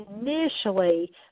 initially –